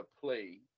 play